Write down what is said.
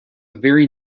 very